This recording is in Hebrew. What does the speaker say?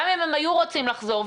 גם אם הם היו רוצים לחזור,